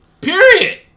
Period